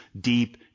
deep